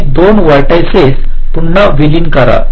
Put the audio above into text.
हे 2 व्हर्टिसिस पुन्हा विलीन करा